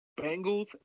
Bengals